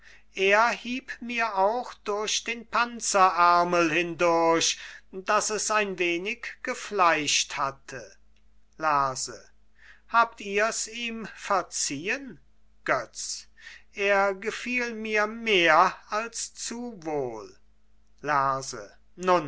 er hieb mir auch durch den panzerärmel hindurch daß es ein wenig gefleischt hatte lerse habt ihr's ihm verziehen götz er gefiel mir mehr als zu wohl lerse